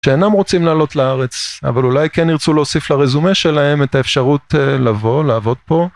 שאינם רוצים לעלות לארץ, אבל אולי כן ירצו להוסיף לרזומה שלהם את האפשרות לבוא, לעבוד פה.